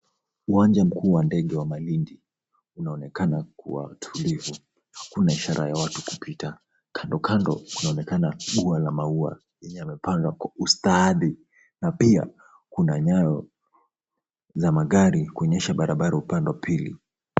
Uwanja mkuu wa ndege wa Malindi unaonekana kuwa tulivu. Hakuna ishara ya watu kupita. Kandokando kunaonekana ua wa maua yenye yamepandwa kwenye ustadi na pia kuna michirizi ya magari kuonyesha barabara upande wa pili.